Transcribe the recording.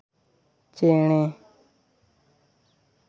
ᱪᱮᱬᱮ